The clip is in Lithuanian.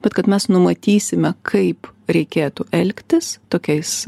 bet kad mes numatysime kaip reikėtų elgtis tokiais